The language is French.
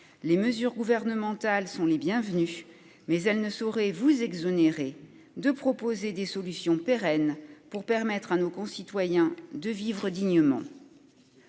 les mesures gouvernementales sont bienvenues, monsieur le ministre, mais elles ne sauraient vous exonérer de proposer des solutions pérennes permettant à nos concitoyens de vivre dignement.